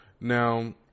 Now